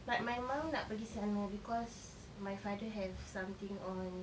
like my mum nak pergi sana because my father have something on